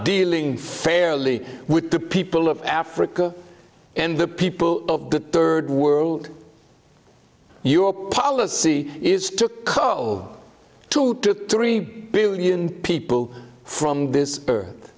dealing fairly with the people of africa and the people of the third world your policy is took two to three billion people from this earth